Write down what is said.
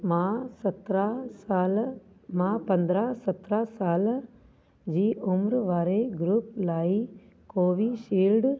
मां सत्रहं साल मां पंद्रहं सत्रहं साल जी उमिरि वारे ग्रुप लाइ कोवीशील्ड